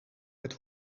het